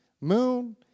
moon